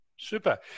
Super